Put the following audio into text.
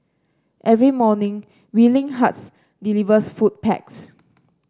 every morning Willing Hearts delivers food packs